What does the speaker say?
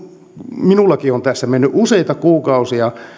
minullakin on tässä mennyt useita kuukausia